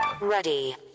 ready